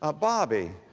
ah bobby,